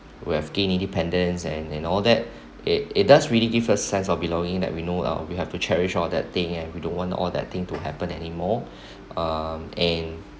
we have gained independence and and all that it it does really give a sense of belonging that we know uh we have to cherish all that thing and we don't want all that thing to happen anymore um and